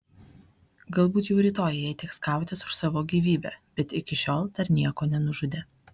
galbūt jau rytoj jai teks kautis už savo gyvybę bet iki šiol dar nieko nenužudė